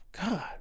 God